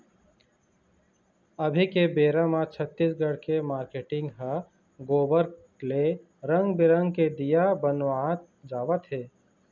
अभी के बेरा म छत्तीसगढ़ के मारकेटिंग ह गोबर ले रंग बिंरग के दीया बनवात जावत हे